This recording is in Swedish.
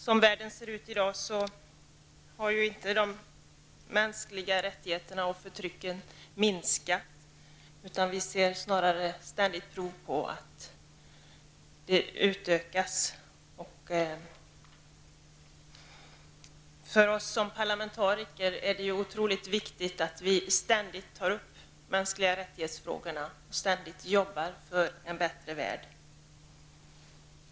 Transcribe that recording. Som världen ser ut i dag har inte förtrycket av de mänskliga rättigheterna minskat, utan vi ser snarare ständigt prov på att det utökas. För oss som parlamentariker är det otroligt viktigt att ständigt ta upp frågorna om de mänskliga rättigheterna och ständigt arbeta för en bättre värld.